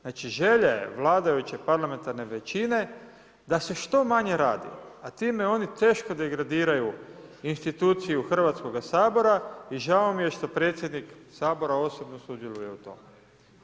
Znači želja je vladajuće parlamentarne većine da se što manje radi, a time oni teško degradiraju instituciju Hrvatskoga sabora i žao mi je što predsjednik Sabora osobno sudjeluje u tome.